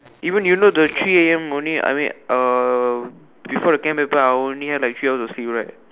even you know the three A_M morning I mean uh before the Chem paper I only had like three hours of sleep right